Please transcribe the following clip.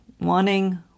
wanting